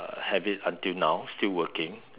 uh have it until now still working